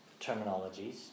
terminologies